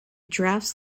drafts